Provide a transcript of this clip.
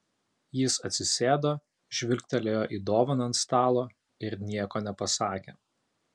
jis atsisėdo žvilgtelėjo į dovaną ant stalo ir nieko nepasakė